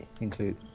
include